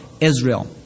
Israel